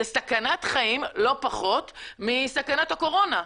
זו סכנת חיים לא פחות מסכנת הקורונה.